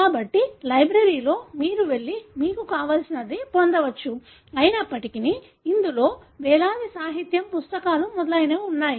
కాబట్టి లైబ్రరీలో మీరు వెళ్లి మీకు కావలసినది పొందవచ్చు అయినప్పటికీ ఇందులో వేలాది సాహిత్యం పుస్తకాలు మొదలైనవి ఉన్నాయి